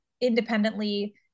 independently